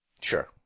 Sure